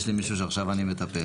יש לי מישהו שעכשיו אני מטפל.